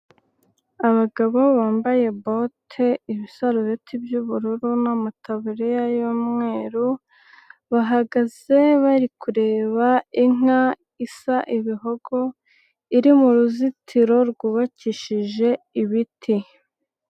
Abagabo bambaye bote, ibisarubeti by'ubururu n'amataburiya y'umweru. Bahagaze bari kureba inka isa ibihogo, iri muruzitiro rwubakishije ibiti.